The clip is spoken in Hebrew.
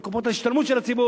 על קרנות ההשתלמות של הציבור.